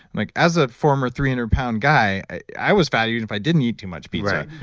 like as a former three hundred pound guy, i was valued if i didn't eat too much pizza,